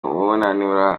ubunani